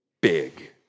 big